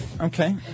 Okay